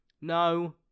no